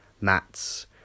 Mats